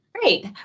Great